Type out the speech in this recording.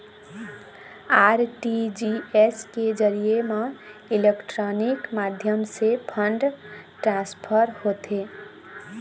RTGS के जरिए म इलेक्ट्रानिक माध्यम ले फंड ट्रांसफर होथे